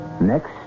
next